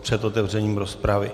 Před otevřením rozpravy.